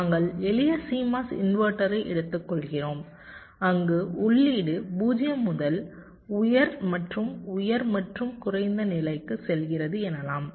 நாங்கள் எளிய CMOS இன்வெர்ட்டரை எடுத்துக்கொள்கிறோம் அங்கு உள்ளீடு 0 முதல் உயர் மற்றும் உயர் மற்றும் குறைந்த நிலைக்கு செல்கிறது எனலாம்